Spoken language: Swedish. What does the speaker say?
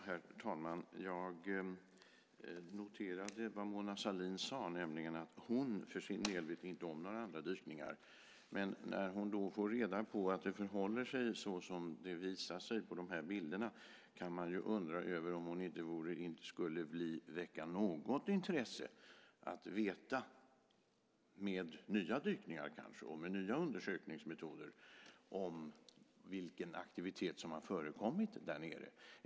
Herr talman! Jag noterade vad Mona Sahlin sade, nämligen att hon för sin del inte visste om några andra dykningar. Men när hon då får reda på att det förhåller sig så som visas på de här bilderna kan man ju undra om det inte väcks något intresse av att få veta - kanske med nya dykningar och nya undersökningsmetoder - vilken aktivitet som har förekommit där nere.